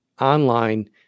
online